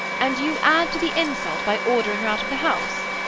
and you add to the insult by ordering her out of the house,